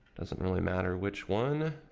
doesn't really matter which one